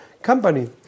company